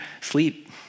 Sleep